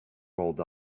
rolled